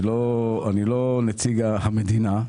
אני לא נציג המדינה.